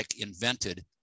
invented